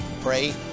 pray